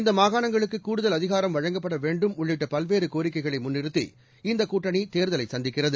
இந்த மாகாணங்களுக்கு கூடுதல் அதிகாரம் வழங்கப்பட வேண்டும் உள்ளிட்ட பல்வேறு கோரிக்கைகளை முன்நிறுத்தி இந்த கூட்டணி தேர்தலை சந்திக்கிறது